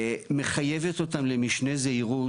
מחייבת אותם למשנה זהירות,